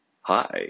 Hi